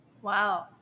Wow